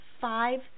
five